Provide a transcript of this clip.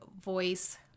voice